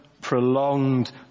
prolonged